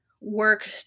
work